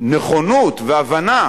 נכונות והבנה